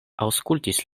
aŭskultis